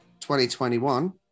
2021